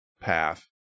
path